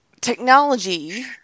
technology